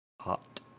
hot